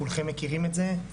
כולכם מכירים את זה,